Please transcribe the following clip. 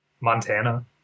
Montana